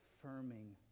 affirming